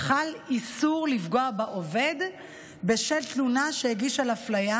חל איסור לפגוע בעובד בשל תלונה שהגיש על אפליה,